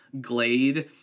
glade